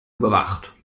überwacht